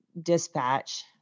dispatch